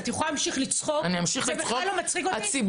את יכולה להמשיך לצחוק, זה בכלל לא מצחיק אותי.